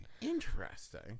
Interesting